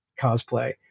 cosplay